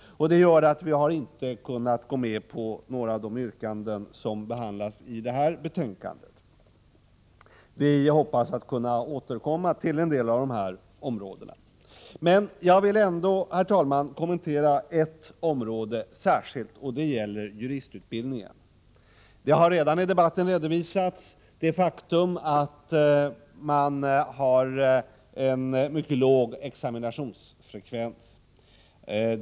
Det gör att vi inte kunnat gå med på några av de yrkanden som behandlas i det här betänkandet. Vi hoppas kunna återkomma till en del av de här områdena. Men jag vill ändå kommentera ett område särskilt — det gäller juristutbildningen. I debatten har redan det faktum redovisats att man har en mycket låg examinationsfrekvens.